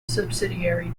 subsidiary